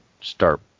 start